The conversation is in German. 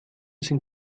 sind